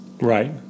Right